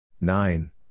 Nine